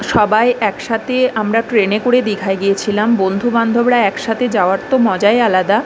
সবাই একসাথে আমরা ট্রেনে করে দিঘায় গিয়েছিলাম বন্ধুবান্ধবরা একসাথে যাওয়ার তো মজাই আলাদা